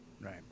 Right